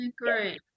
Great